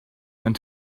and